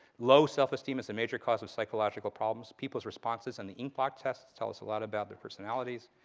low self-esteem is a major cause of psychological problems. people's responses on the ink blot test tells us a lot about their personalities.